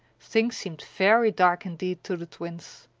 things seemed very dark indeed to the twins.